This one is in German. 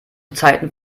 zeiten